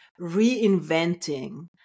reinventing